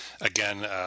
Again